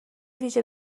ویژه